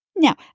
Now